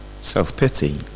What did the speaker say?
Self-pity